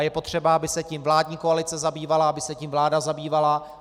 Je potřeba, aby se tím vládní koalice zabývala, aby se tím vláda zabývala.